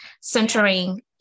centering